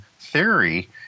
theory